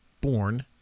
born